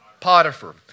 Potiphar